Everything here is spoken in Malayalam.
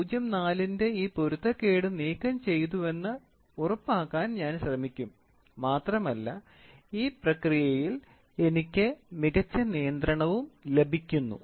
04 ന്റെ ഈ പൊരുത്തക്കേട് നീക്കംചെയ്തുവെന്ന് ഉറപ്പാക്കാൻ ഞാൻ ശ്രമിക്കും മാത്രമല്ല ഈ പ്രക്രിയയിൽ എനിക്ക് മികച്ച നിയന്ത്രണവും ലഭിക്കുന്നു